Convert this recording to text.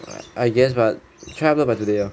I I guess but try upload by today